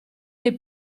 dei